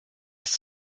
ist